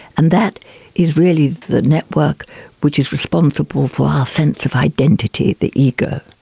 and that is really the network which is responsible for our sense of identity, the ego,